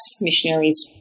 Missionaries